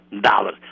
dollars